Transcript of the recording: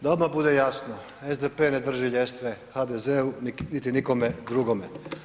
Da odmah bude jasno, SDP ne drži ljestve HDZ-u niti ikome drugome.